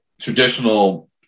traditional